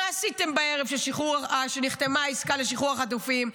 עשיתם בערב שבו נחתמה העסקה לשחרור החטופים?